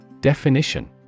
Definition